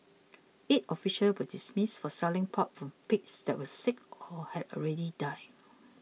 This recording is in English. eight officials were dismissed for selling pork from pigs that were sick or had already died